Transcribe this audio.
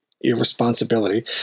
irresponsibility